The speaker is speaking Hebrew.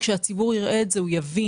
שכאשר הציבור יראה את זה הוא יבין